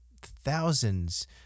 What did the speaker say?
thousands